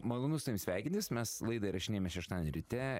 malonu su tavim sveikintis mes laidą įrašinėjame šeštadienį ryte